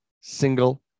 single